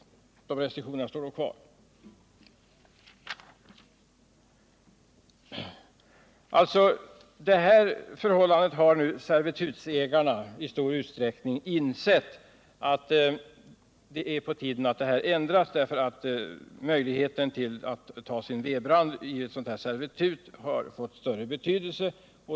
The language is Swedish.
De restriktionerna står kvar. Nu har alltså servitutsägarna i stor utsträckning insett att det är på tiden att detta förhållande ändras, eftersom möjligheten att ta sin ved enligt ett sådant här servitut har fått större betydelse.